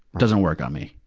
doesn't work on me.